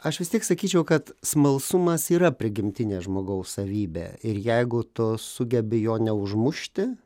aš vis tiek sakyčiau kad smalsumas yra prigimtinė žmogaus savybė ir jeigu tu sugebi jo neužmušti